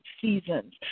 seasons